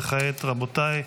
וכעת רבותיי,